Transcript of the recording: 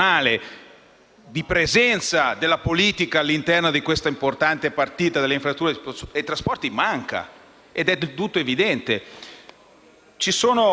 di presenza della politica all'interno di questa importante partita delle infrastrutture e dei trasporti; ciò è del tutto evidente.